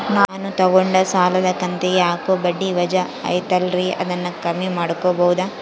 ನಾನು ತಗೊಂಡ ಸಾಲದ ಕಂತಿಗೆ ಹಾಕೋ ಬಡ್ಡಿ ವಜಾ ಐತಲ್ರಿ ಅದನ್ನ ಕಮ್ಮಿ ಮಾಡಕೋಬಹುದಾ?